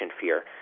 fear